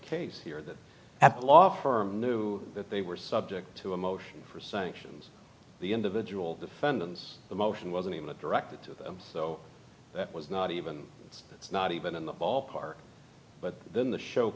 case here the law firm knew that they were subject to a motion for sanctions the individual defendants the motion wasn't even directed so that was not even it's not even in the ballpark but then the show